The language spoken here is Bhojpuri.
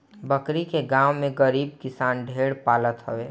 बकरी के गांव में गरीब किसान ढेर पालत हवे